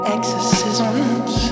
Exorcisms